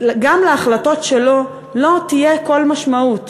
גם להחלטות שלו לא תהיה כל משמעות.